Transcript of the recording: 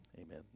Amen